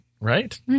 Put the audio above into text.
Right